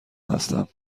هستم